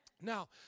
Now